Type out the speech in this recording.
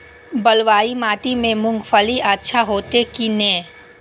बलवाही माटी में मूंगफली अच्छा होते की ने?